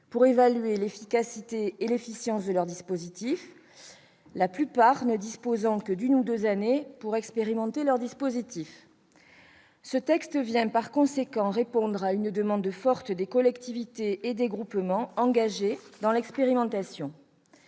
pour évaluer l'efficacité et l'efficience de leur dispositif, la plupart ne disposant que d'une ou deux années pour expérimenter leur dispositif ». Ce texte répond par conséquent à une demande forte des collectivités et des groupements engagés dans l'expérimentation.